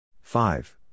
Five